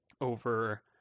over